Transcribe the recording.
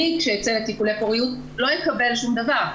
אני כשאני אצא לטיפולי פוריות לא אקבל שום דבר,